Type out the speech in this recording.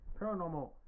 Paranormal